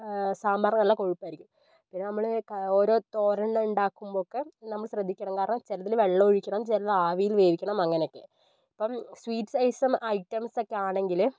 സാമ്പാർ നല്ല കൊഴുപ്പായിരിക്കും പിന്നെ നമ്മള് ഓരോ തോരൻ ഉണ്ടാക്കുമ്പോഴൊക്കെ നമ്മള് ശ്രദ്ധിക്കണം കാരണം ചിലതിൽ വെള്ളമൊഴിക്കണം ചിലത് ആവിയിൽ വേവിക്കണം അങ്ങനെയൊക്കെ ഇപ്പം സ്വീറ്റ്സ് ഐസം ഐറ്റംസെക്കെയാണെങ്കില്